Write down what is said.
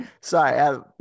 Sorry